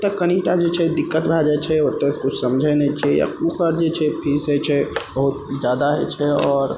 तऽ कनिटा जे छै दिक्कत भए जाइ छै ओतऽ किछु समझै नहि छियै या ओकर जे फीस होइ छै बहुत जादा होइ छै आओर